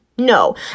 No